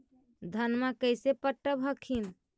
धन्मा कैसे पटब हखिन?